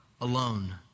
alone